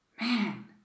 man